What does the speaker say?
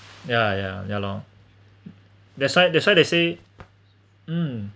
ya ya ya lor that's why that's why they say um